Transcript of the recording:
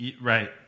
Right